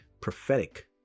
prophetic